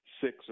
six